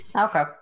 Okay